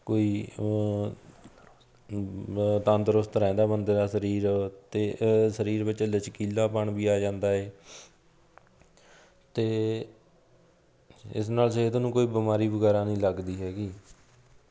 ਕੋਈ ਤੰਦਰੁਸਤ ਰਹਿੰਦਾ ਬੰਦੇ ਦਾ ਸਰੀਰ ਅਤੇ ਸਰੀਰ ਵਿੱਚ ਲਚਕੀਲਾਪਣ ਵੀ ਆ ਜਾਂਦਾ ਏ ਅਤੇ ਇਸ ਨਾਲ ਸਿਹਤ ਨੂੰ ਕੋਈ ਬਿਮਾਰੀ ਵਗੈਰਾ ਨਹੀਂ ਲੱਗਦੀ ਹੈਗੀ